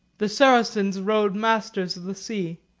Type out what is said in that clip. the saracens rode masters of the sea